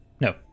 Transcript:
No